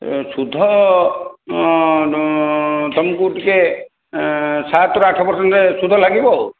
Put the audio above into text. ଏ ସୁଧ ତୁମକୁ ଟିକିଏ ସାତରୁ ଆଠ ପର୍ସେଣ୍ଟ୍ ସୁଧ ଲାଗିବ ଆଉ